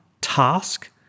task